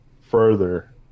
further